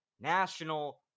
National